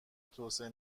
توسعه